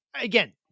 again